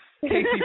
Casey